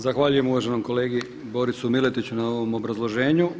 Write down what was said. Zahvaljujem uvaženom kolegi Borisu Miletiću na ovom obrazloženju.